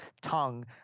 tongue